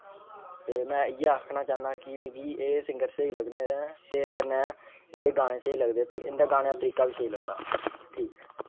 ते में इये आक्खना चाहना कि एह् सिंगर स्हेई लगदे ना ते कन्ने इन्दे गाने स्हेई लगदे इन्दे गाने दा तरिका बी स्हेई लगदा ठीक ऐ